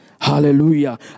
Hallelujah